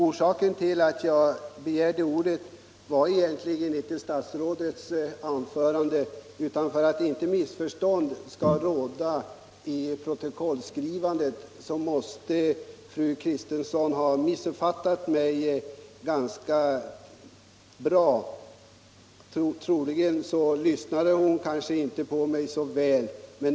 Jag begärde egentligen inte ordet med anledning av statsrådets anförande utan för att rätta till ett missförstånd i protokollet. Fru Kristensson måtte ha missuppfattat mig — hon lyssnade kanske inte så noga på mig.